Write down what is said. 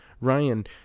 Ryan